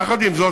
יחד עם זאת,